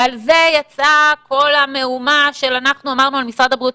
ועל זה יצא כל המהומה של אנחנו אמרנו על משרד הבריאות.